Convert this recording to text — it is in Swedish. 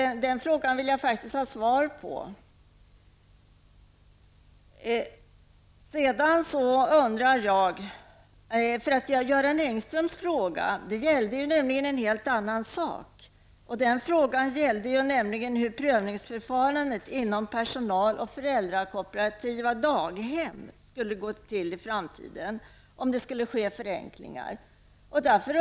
Den frågan vill jag faktiskt ha svar på. Göran Engströms fråga gällde ju en helt annan sak. Den gällde hur prövningsförfarandet när det gäller personal och föräldrakooperativa daghem skall gå till i framtiden och om det skall ske förenklingar där.